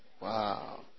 Wow